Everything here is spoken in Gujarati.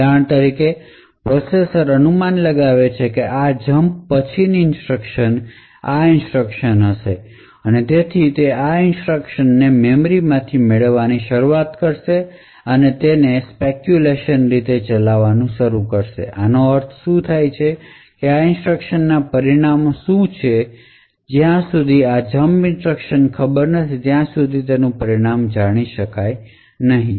ઉદાહરણ તરીકે પ્રોસેસર અનુમાન લગાવે છે કે આ જંપ પછીની ઇન્સટ્રકશન આ ઇન્સટ્રકશન હશે અને તેથી તે આ ઇન્સટ્રકશન ને મેમરી માંથી મેળવવાની શરૂઆત કરશે અને તેને સ્પેકયુલેશન રીતે ચલાવવાનું શરૂ કરશે આનો અર્થ શું છે કે આ ઇન્સટ્રકશન નાં પરિણામો શું છે જ્યાં સુધી આ જમ્પ ઇન્સટ્રક્શન ખબર નથી ત્યાં સુધી તેનું પરિણામ જાણી શકાય નહીં